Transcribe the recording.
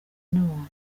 n’abantu